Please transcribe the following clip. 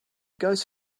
goes